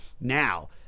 Now